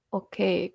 okay